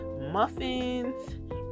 muffins